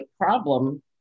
problem